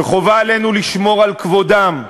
וחובה עלינו לשמור על כבודם,